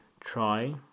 try